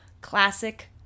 Classic